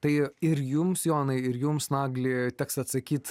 tai ir jums jonai ir jums nagli teks atsakyt